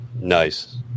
Nice